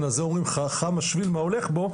על זה אומרים "חכם השביל מן ההולך בו",